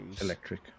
Electric